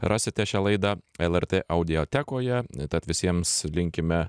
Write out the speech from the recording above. rasite šią laidą lrt audiotekoje tad visiems linkime